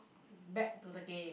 back to the game